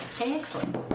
excellent